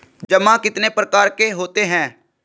जमा कितने प्रकार के होते हैं?